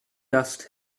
dust